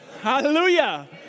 Hallelujah